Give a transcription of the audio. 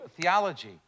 theology